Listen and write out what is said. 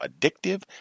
addictive